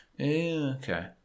Okay